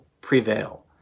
prevail